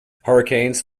hurricanes